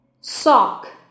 Sock